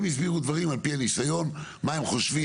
הם הסבירו דברים על פי הניסיון, מה הם חושבים.